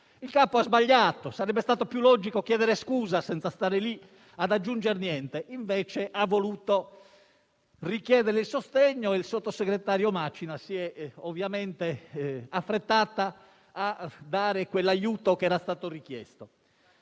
Il capo ha sbagliato. Sarebbe stato più logico chiedere scusa, senza stare lì ad aggiungere niente. Invece, ha voluto richiedere il sostegno e il sottosegretario Macina si è ovviamente affrettata a dare quell'aiuto che era stato richiesto.